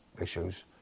issues